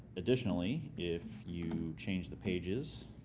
additionally if you change the pages,